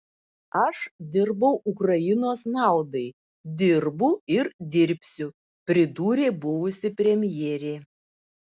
aš dirbau ukrainos naudai dirbu ir dirbsiu pridūrė buvusi premjerė